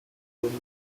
monroe